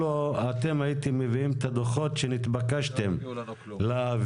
אילו הייתם מביאים את הדוחות שהתבקשתם להביא